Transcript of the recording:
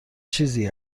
چیزی